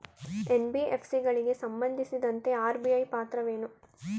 NBFC ಗಳಿಗೆ ಸಂಬಂಧಿಸಿದಂತೆ RBI ಪಾತ್ರವೇನು?